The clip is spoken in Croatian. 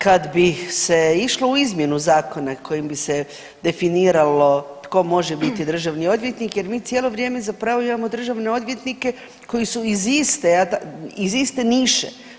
Kad bi se išlo u izmjenu zakona kojim bi se definiralo tko može biti državni odvjetnik, jer mi cijelo vrijeme zapravo imamo državne odvjetnike koji su iz iste niše.